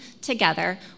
together